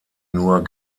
nur